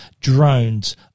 drones